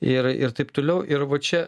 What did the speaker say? ir ir taip toliau ir va čia